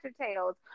tails